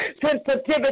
sensitivity